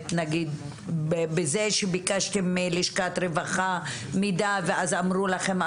בזה שביקשתם מלשכת רווחה מידע ואז אמרו לכם,